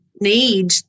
need